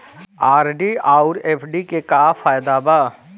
RD आउर FD के का फायदा बा?